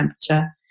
temperature